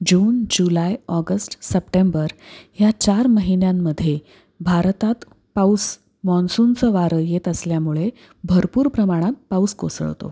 जून July August September ह्या चार महिन्यांमध्ये भारतात पाऊस मॉन्सूनचं वारं येत असल्यामुळे भरपूर प्रमाणात पाऊस कोसळतो